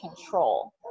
control